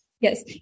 Yes